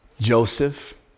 Joseph